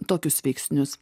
tokius veiksnius